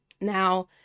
now